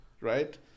right